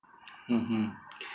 mmhmm